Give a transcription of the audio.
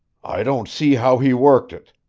i don't see how he worked it,